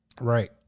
Right